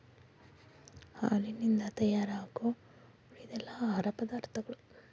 ಹಾಲಿನಿಂದ ತಯಾರಾಗು ಉಳಿದೆಲ್ಲಾ ಆಹಾರ ಪದಾರ್ಥಗಳ